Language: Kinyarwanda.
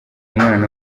umwana